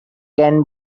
can